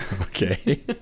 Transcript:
Okay